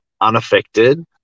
Unaffected